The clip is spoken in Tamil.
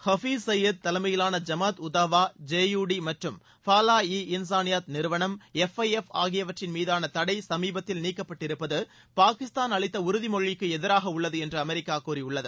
ஹபிஸ் சயீது தலைமையிலான ஜமாத் உத்தாவ ஜெயுடி மற்றும் ஃபாவா இ இன்சானியாத் நிறுவனம் எஃப்ஐஎஃப் ஆகியவற்றின் மீதான தடை சமீபத்தில் நீக்கப்பட்டிருப்பது பாக்கிஸ்தான் அளித்த உறுதிமொழிக்கு எதிராக உள்ளது என்று அமெரிக்கா கூறியுள்ளது